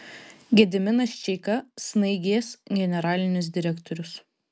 gediminas čeika snaigės generalinis direktorius